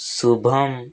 Shubham